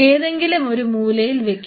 ഏതെങ്കിലും ഒരു മൂലയിൽ വെക്കും